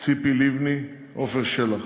ציפי לבני ועפר שלח.